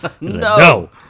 No